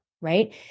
right